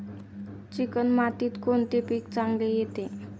Chicken मातीत कोणते पीक चांगले येते?